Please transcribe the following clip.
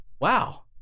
Wow